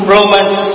Romans